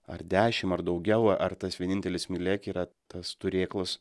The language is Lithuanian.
ar dešim ar daugiau ar tas vienintelis mylėk yra tas turėklas